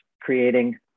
creating